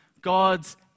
God's